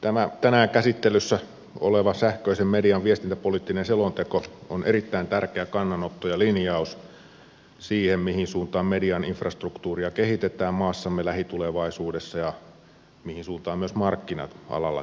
tämä tänään käsittelyssä oleva sähköisen median viestintäpoliittinen selonteko on erittäin tärkeä kannanotto ja linjaus siihen mihin suuntaan median infrastruktuuria kehitetään maassamme lähitulevaisuudessa ja mihin suuntaan myös markkinat alalla kehittyvät